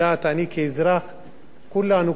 כולנו, כל אחד ששומע אותנו,